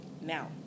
now